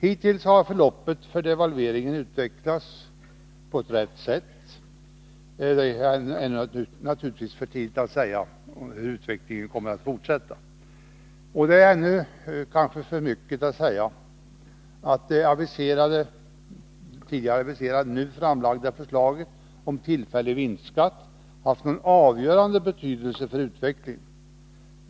Hittills har förloppet efter devalveringen utvecklats på rätt sätt. Det är naturligtvis ännu för tidigt att säga hur utvecklingen kommer att fortsätta. Och det är kanske för mycket att säga att det tidigare aviserade, nu framlagda förslaget om tillfällig vinstskatt haft någon avgörande betydelse för utvecklingen.